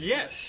Yes